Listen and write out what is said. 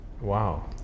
Wow